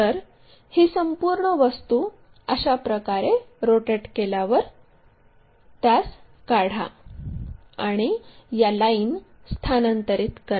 तर ही संपूर्ण वस्तू अशा प्रकारे रोटेट केल्यावर त्यास काढा आणि या लाईन स्थानांतरित करा